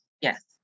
Yes